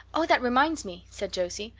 oh, that reminds me, said josie,